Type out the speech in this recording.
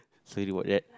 sorry about that